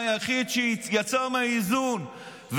היחיד שיצא מהאיזון,